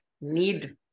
need